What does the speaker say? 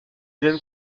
même